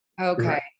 Okay